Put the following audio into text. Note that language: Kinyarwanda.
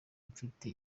mfite